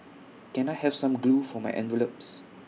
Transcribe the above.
can I have some glue for my envelopes